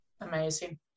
Amazing